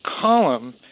column